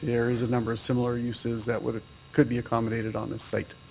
there's a number of similar uses that would could be accommodated on this site.